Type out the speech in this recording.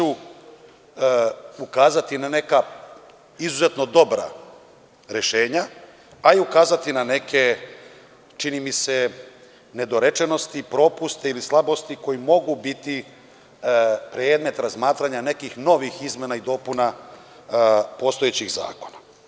Ukazaću na neka izuzetno dobra rešenja, a i ukazati na neke, čini mi se, nedorečenosti, propuste ili slabosti koji mogu biti predmet razmatranja nekih novih izmena i dopuna postojećih zakona.